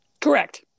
correct